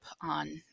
on